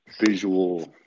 visual